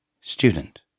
Student